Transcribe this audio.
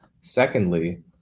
Secondly